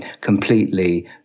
completely